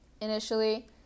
initially